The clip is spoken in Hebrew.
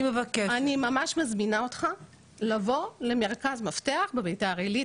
אני ממש מזמינה אותך לבוא למרכז מפתח בביתר עילית,